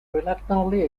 reluctantly